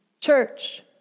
Church